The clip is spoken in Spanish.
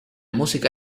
música